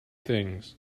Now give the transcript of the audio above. things